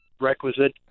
requisite